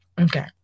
okay